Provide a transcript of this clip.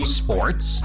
sports